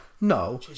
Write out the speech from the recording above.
No